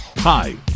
Hi